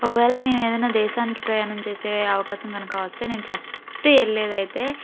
ఒకవేళ నేను ఏదైనా దేశానికైనా ప్రయాణం చేసే అవకాశం కనుకవస్తే నేను ఫస్ట్ వెళ్ళేది అయితే